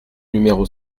numéro